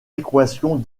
équations